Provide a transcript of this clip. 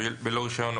בלא רישיון,